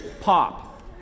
pop